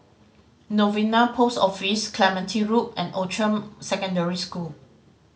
Novena Post Office Clementi Loop and Outram Secondary School